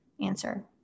answer